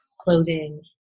clothing